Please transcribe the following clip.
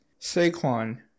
Saquon